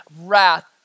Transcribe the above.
wrath